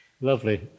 lovely